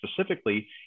specifically